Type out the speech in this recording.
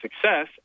success